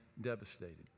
devastated